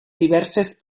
diverses